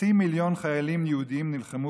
שחצי מיליון חיילים יהודים נלחמו